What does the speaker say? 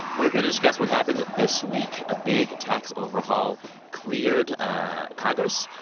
we're here to discuss what happened this week. a big tax overhaul cleared congress.